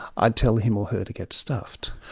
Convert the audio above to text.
i'd tell him or her to get stuffed.